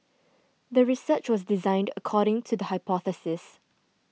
the research was designed according to the hypothesis